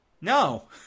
no